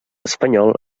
espanyol